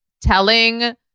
telling